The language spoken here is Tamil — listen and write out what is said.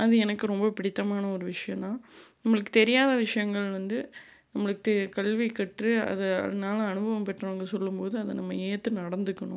அது எனக்கு ரொம்ப பிடித்தமான ஒரு விஷயந்தான் நம்மளுக்கு தெரியாத விஷயங்கள் வந்து நம்மளுக்தே கல்வி கற்று அது அதனால் அனுபவம் பெற்றவங்க சொல்லும் போது அதை நம்ம ஏற்று நடத்துக்கணும்